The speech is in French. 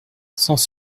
sans